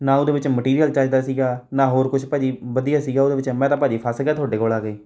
ਨਾ ਉਹਦੇ ਵਿੱਚ ਮਟੀਰੀਅਲ ਚੱਜ ਦਾ ਸੀਗਾ ਨਾ ਹੋਰ ਕੁਛ ਭਾਅ ਜੀ ਵਧੀਆ ਸੀਗਾ ਉਹਦੇ ਵਿੱਚ ਮੈਂ ਤਾਂ ਭਾਅ ਜੀ ਫਸ ਗਿਆ ਤੁਹਾਡੇ ਕੋਲ ਆ ਕੇ